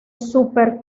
super